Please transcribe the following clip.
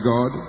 God